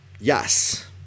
yes